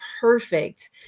perfect